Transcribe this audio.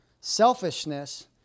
Selfishness